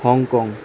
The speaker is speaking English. Hong Kong